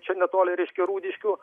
čia netoli reiškia rūdiškių